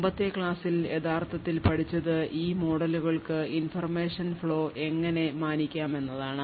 മുമ്പത്തെ ക്ലാസിൽ യഥാർത്ഥത്തിൽ പഠിച്ചത് ഈ മോഡലുകൾക്ക് information flow എങ്ങനെ മാനിക്കാമെന്നതാണ്